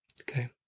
Okay